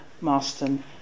Marston